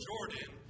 Jordan